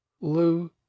lou